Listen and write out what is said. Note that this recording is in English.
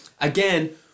again